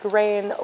rain